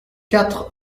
quatre